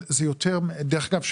דרך אגב,